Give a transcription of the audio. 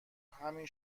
همین